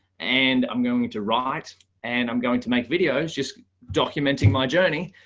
and i'm going to write and i'm going to make videos just documenting my journey.